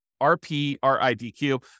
R-P-R-I-D-Q